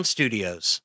Studios